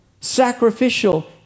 sacrificial